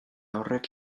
horrek